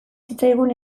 zitzaigun